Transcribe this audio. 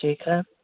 ठीक है